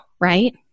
right